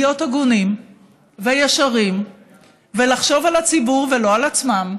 להיות הגונים וישרים ולחשוב על הציבור ולא על עצמם,